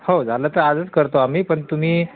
हो झालं तर आजच करतो आम्ही पण तुम्ही